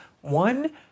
one